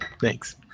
Thanks